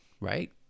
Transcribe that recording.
right